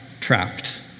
trapped